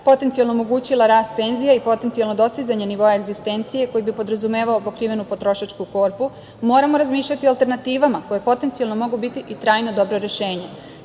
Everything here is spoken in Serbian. potencijalno omogućiti rast penzija i potencijalno dostizanje nivoa egzistencije koje bi podrazumevao pokrivenu potrošačku korpu, moramo razmišljati o alternativama koje potencijalno mogu biti i trajno dobro rešenje.